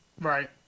Right